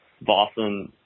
Boston